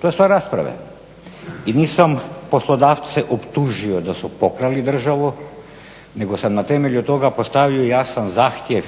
to je stvar rasprave. I nisam poslodavce optužio da su pokrali državu nego sam na temelju toga postavio jasan zahtjev,